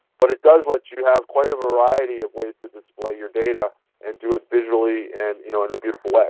but it does let you have quite a variety of ways to display your data and do it visually and you know in a beautiful